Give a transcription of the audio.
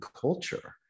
culture